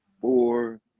four